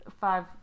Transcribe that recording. five